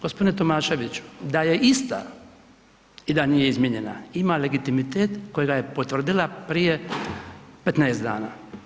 Gospodine Tomaševiću, da je ista i da nije izmijenjena ima legitimitet kojega je potvrdila prije 15 dana.